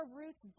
roots